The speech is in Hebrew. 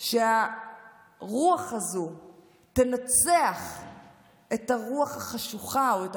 שהרוח הזאת תנצח את הרוח החשוכה או את